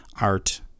art